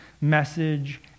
message